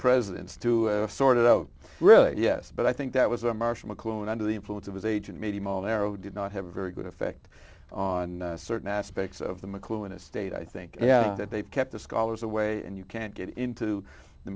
presidents to sort it out really yes but i think that was a marshall mcluhan under the influence of his agent maybe more arrow did not have a very good effect on certain aspects of the mcluhan estate i think yeah that they've kept the scholars away and you can't get into the